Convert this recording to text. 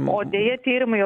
o deja tyrimai